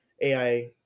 AI